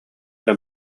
эрэ